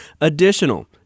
additional